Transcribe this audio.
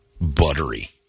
buttery